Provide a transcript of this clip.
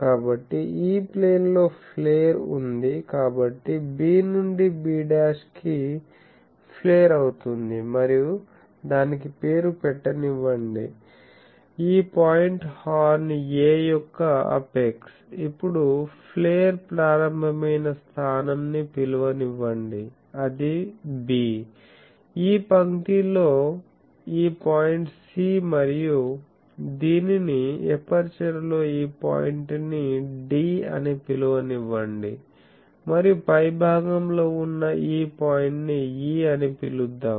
కాబట్టి E plane లో flare ఉంది కాబట్టి b నుండి b' కి ప్లేర్ అవుతుంది మరియు దానికి పేరు పెట్టనివ్వండి ఈ పాయింట్ హార్న్ A యొక్క అపెక్స్ ఇప్పుడు ప్లేర్ ప్రారంభమైన స్థానం ని పిలవనివ్వండి అది B ఈ పంక్తిలో ఈ పాయింట్ C మరియు దీనిని ఎపర్చరులో ఈ పాయింట్ ని D అని పిలవనివ్వండి మరియు పైభాగంలో ఉన్న ఈ పాయింట్ ని E అని పిలుద్దాం